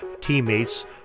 teammates